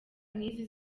nk’izi